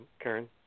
Karen